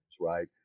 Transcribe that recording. Right